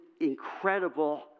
incredible